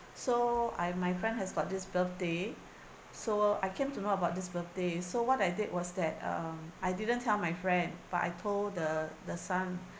so I my friend has got this birthday so I came to know about this birthday so what I did was that um I didn't tell my friend but I told the the son